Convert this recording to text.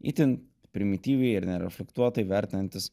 itin primityviai ir nereflektuotai vertinantys